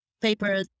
paper